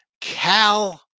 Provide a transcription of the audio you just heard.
Cal